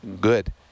Good